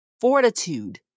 fortitude